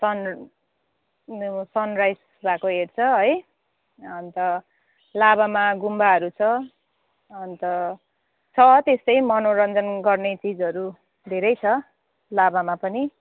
सन sunrise भएको हेर्छ है अन्त लाभामा गुम्बाहरू छ अन्त छ त्यस्तै मनोरञ्जन गर्ने चिजहरू धेरै छ लाभामा पनि